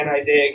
Isaiah